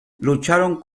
lucharon